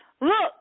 Look